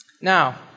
Now